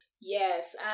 Yes